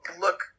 look